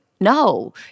No